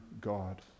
God